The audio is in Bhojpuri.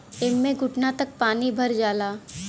एम्मे घुटना तक पानी भरल जाला